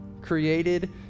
created